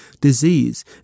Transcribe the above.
disease